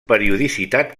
periodicitat